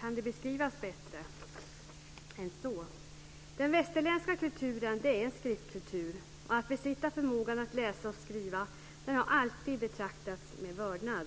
Kan det beskrivas bättre? Den västerländska kulturen är en skriftkultur. Att besitta förmågan att läsa och skriva har alltid betraktats med vördnad.